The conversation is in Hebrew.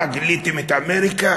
מה, גיליתם את אמריקה?